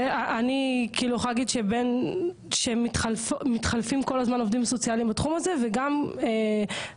אני יכולה להגיד שמתחלפים כל הזמן עובדים סוציאליים בתחום הזה וגם זה